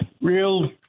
real